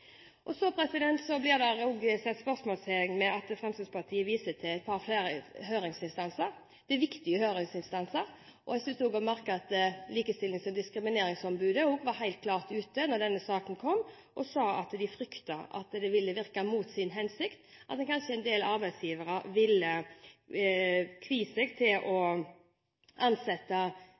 Så blir det også satt spørsmålstegn ved at Fremskrittspartiet viser til et par høringsinstanser. Det er viktige høringsinstanser, og jeg synes også å merke at Likestillings- og diskrimineringsombudet var helt klart ute da denne saken kom, og sa at de fryktet at det ville virke mot sin hensikt – at kanskje en del arbeidsgivere ville kvie seg for å ansette